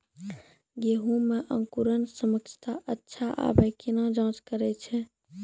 गेहूँ मे अंकुरन क्षमता अच्छा आबे केना जाँच करैय छै?